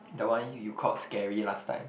the one you called scary last time